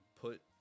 put